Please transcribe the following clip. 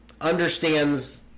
Understands